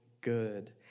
good